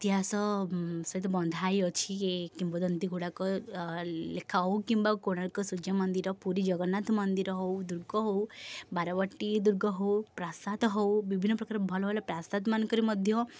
ଇତିହାସ ସହିତ ବନ୍ଧା ହେଇ ଅଛି ଏ କିମ୍ବଦନ୍ତୀ ଗୁଡ଼ାକ ଲେଖା ହଉ କିମ୍ବା କୋଣାର୍କ ସୂର୍ଯ୍ୟମନ୍ଦିର ପୁରୀ ଜଗନ୍ନାଥ ମନ୍ଦିର ହଉ ଦୁର୍ଗ ହଉ ବାରବାଟୀଦୁର୍ଗ ହଉ ପ୍ରାସାଦ ହଉ ବିଭିନ୍ନ ପ୍ରକାର ଭଲ ଭଲ ପ୍ରାସାଦ ମାନଙ୍କରେ ମଧ୍ୟ